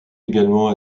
également